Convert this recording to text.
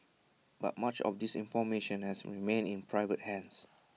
but much of this information has remained in private hands